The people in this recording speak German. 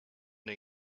den